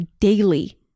daily